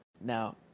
now